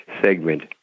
segment